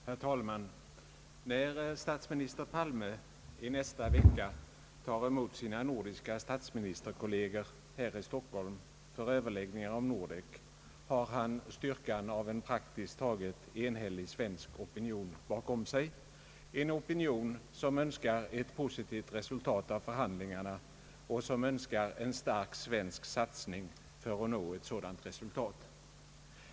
Herr talman! När statsminister Palme i nästa vecka tar emot sina nordis ka statsministerkolleger här i Stockholm för överläggningar om Nordek har han styrkan av en praktiskt taget enhällig svensk opinion bakom sig, en opinion som Önskar ett positivt resultat av förhandlingarna och som önskar en stark svensk satsning för att nå ett sådant resultat.